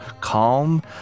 calm